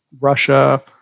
Russia